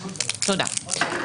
תודה.